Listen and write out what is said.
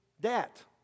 debt